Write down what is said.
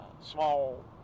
small